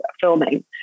filming